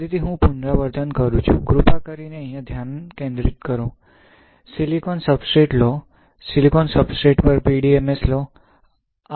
ફરીથી હું પુનરાવર્તન કરું છું કૃપા કરીને અહીં ધ્યાન કેન્દ્રિત કરો સિલિકોન સબસ્ટ્રેટ લો સિલિકોન સબસ્ટ્રેટ પર PDMS લો